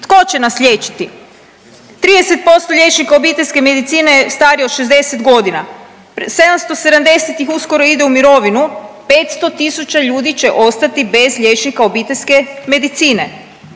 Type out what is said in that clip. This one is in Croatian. tko će nas liječiti? 30% liječnika obiteljske medicine je starije od 60 godina, 770 ih uskoro ide u mirovinu, 500.000 ljudi će ostati bez liječnika obiteljske medicine.